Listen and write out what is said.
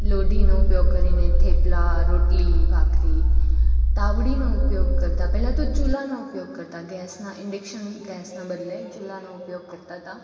લોઢીનો ઉપયોગ કરીને થેપલા રોટલી ભાખરી તાવડીનો ઉપયોગ કરતાં પહેલા તો ચૂલાનો ઉપયોગ કરતાં ગેસના ઇન્ડીકસન ગેસના બદલે ચૂલાનો ઉપયોગ કરતાં હતાં